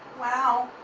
wow,